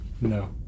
No